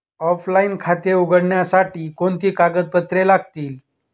Offline खाते उघडण्यासाठी कोणती कागदपत्रे लागतील?